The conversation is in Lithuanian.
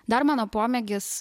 dar mano pomėgis